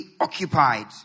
occupied